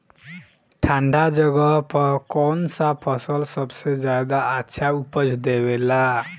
ठंढा जगह पर कौन सा फसल सबसे ज्यादा अच्छा उपज देवेला?